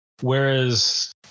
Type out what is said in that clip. Whereas